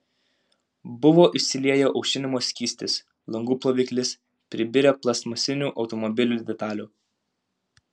buvo išsilieję aušinimo skystis langų ploviklis pribirę plastmasinių automobilių detalių